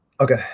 okay